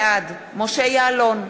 בעד משה יעלון,